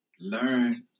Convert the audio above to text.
learn